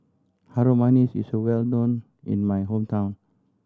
Harum Manis is well known in my hometown